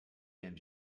and